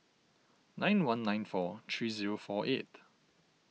nine one nine four three zero four eight